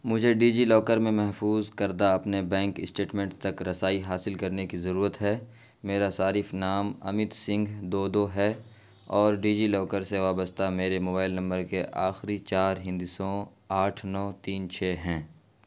مجھے DigiLocker میں محفوظ کردہ اپنے بینک اسٹیٹمنٹ تک رسائی حاصل کرنے کی ضرورت ہے میرا صارف نام امیت سنگھ دو دو ہے اور ڈیجی لاکر سے وابستہ میرے موبائل نمبر کے آخری چار ہندسوں آٹھ نو تین چھ ہیں